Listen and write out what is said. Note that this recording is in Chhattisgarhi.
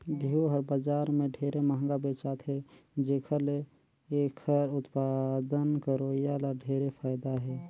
घींव हर बजार में ढेरे मंहगा बेचाथे जेखर ले एखर उत्पादन करोइया ल ढेरे फायदा हे